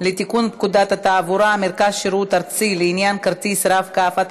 לתיקון פקודת התעבורה (מרכז שירות ארצי לעניין כרטיס "רב-קו"),